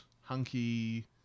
hunky